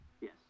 Yes